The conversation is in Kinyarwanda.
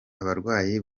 abarwayi